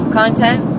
content